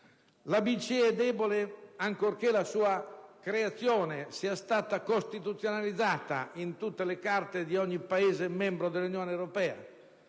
la BCE è debole, ancorché la sua creazione sia stata costituzionalizzata nella Carta di ogni Paese membro dell'Unione Europea: